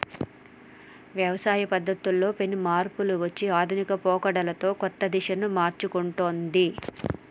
వ్యవసాయ పద్ధతుల్లో పెను మార్పులు వచ్చి ఆధునిక పోకడలతో కొత్త దిశలను మర్సుకుంటొన్ది